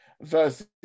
versus